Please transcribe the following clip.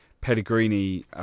Pellegrini